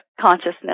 consciousness